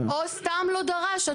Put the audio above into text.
או סתם לא דרש.